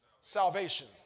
Salvation